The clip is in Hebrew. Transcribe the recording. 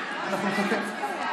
אנחנו נחכה.